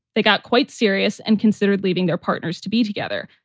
they got quite serious and considered leaving their partners to be together.